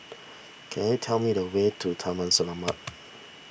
can you tell me the way to Taman Selamat